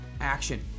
action